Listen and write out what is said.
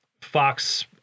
Fox